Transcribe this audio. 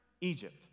Egypt